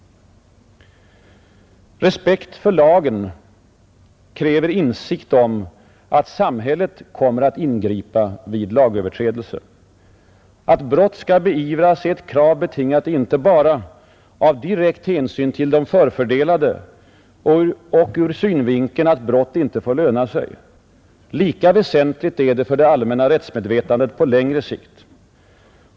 Respekt för lagen kräver insikt om att samhället kommer att ingripa vid lagöverträdelser. Att brott skall beivras är ett krav, betingat inte enbart av direkt hänsyn till den förfördelade och ur synvinkeln att brott icke får löna sig. Lika väsentligt är det för det allmänna rättsmedvetandet på längre sikt.